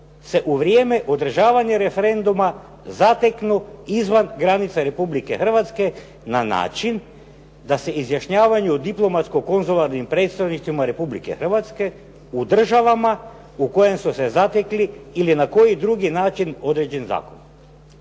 se u vrijeme održavanja referenduma zateknu izvan granica Republike Hrvatske na način da se izjašnjavaju u diplomatsko-konzularnim predstavništvima Republike Hrvatske u državama u kojem su se zatekli ili na koji drugi način određen zakon".